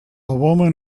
woman